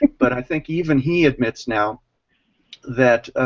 but i think even he admits now that